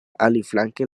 aliflanke